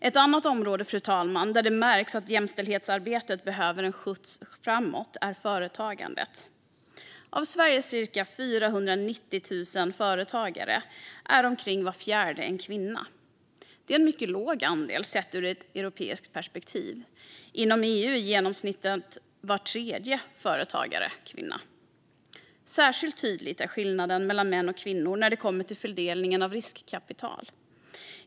Ett annat område, fru talman, där det märks att jämställdhetsarbetet behöver en skjuts framåt är företagandet. Av Sveriges cirka 490 000 företagare är omkring var fjärde en kvinna. Det är en mycket låg andel sett ur ett europeiskt perspektiv. Inom EU är i genomsnitt var tredje företagare kvinna. Särskilt tydlig är skillnaden mellan män och kvinnor när det kommer till fördelningen av riskkapital.